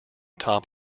top